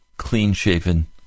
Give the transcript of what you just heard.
clean-shaven